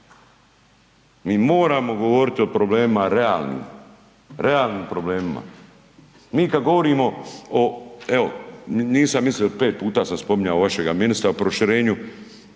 Mi moramo govoriti o problemima, realnim problemima. Mi kad govorimo evo, nisam mislio 5x sam spominjao vašega ministra, o proširenju,